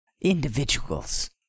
individuals